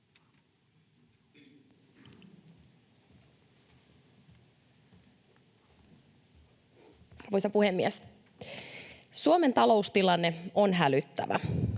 Arvoisa puhemies! Suomen taloustilanne on hälyttävä.